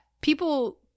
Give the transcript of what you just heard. people